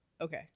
Okay